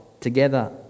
together